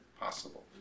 possible